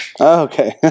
Okay